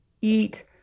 eat